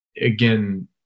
again